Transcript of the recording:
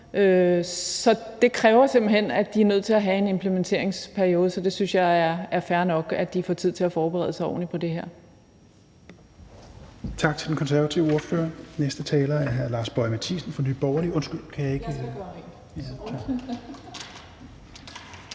Så det kræver simpelt hen, at de er nødt til at have en implementeringsperiode. Så jeg synes, det er fair nok, at de får tid til at forberede sig ordentligt på det her.